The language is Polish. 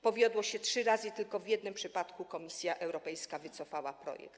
Powiodło się trzy razy i tylko w jednym przypadku Komisja Europejska wycofała projekt.